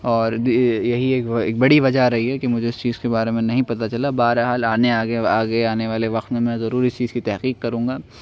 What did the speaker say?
اور یہی ایک بڑی وجہ رہی ہے کہ مجھے اس چیز کے بارے میں نہیں پتا چلا بہرحال آنے آگے آنے والے وقت میں ضرور اس چیز کی تحقیق کروں گا